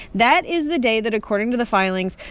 that is the day that, according to the filings,